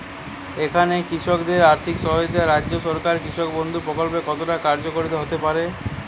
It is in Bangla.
এখানে কৃষকদের আর্থিক সহায়তায় রাজ্য সরকারের কৃষক বন্ধু প্রক্ল্প কতটা কার্যকরী হতে পারে?